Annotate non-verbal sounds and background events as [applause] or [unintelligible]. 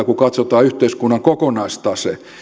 [unintelligible] kun katsotaan yhteiskunnan kokonaistase